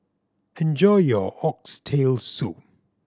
enjoy your Oxtail Soup